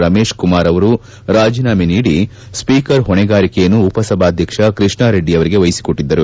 ರಮೇಶ್ ಕುಮಾರ್ ರಾಜೀನಾಮೆ ನೀಡಿ ಸ್ವೀಕರ್ ಹೊಣೆಗಾರಿಕೆಯನ್ನು ಉಪಸಭಾಧ್ಯಕ್ಷ ಕೃಷ್ಣಾರೆಡ್ಡಿ ಅವರಿಗೆ ವಹಿಸಿಕೊಟ್ಟದ್ದರು